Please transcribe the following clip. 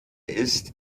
ist